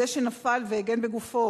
זה שנפל והגן בגופו